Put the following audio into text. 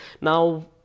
now